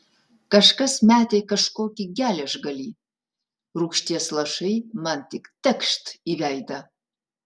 kažkas metė kažkokį geležgalį rūgšties lašai man tik tekšt į veidą